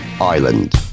Island